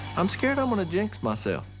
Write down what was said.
i'm scared i'm gonna jinx myself.